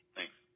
Thanks